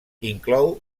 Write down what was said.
inclou